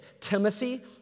Timothy